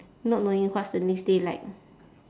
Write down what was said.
not knowing what's the next day like